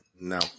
No